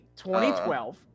2012